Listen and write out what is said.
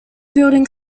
building